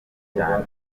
cyane